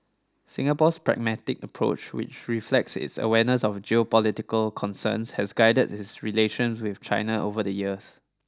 Singapore's pragmatic approach which reflects its awareness of geopolitical concerns has guided its relations with China over the years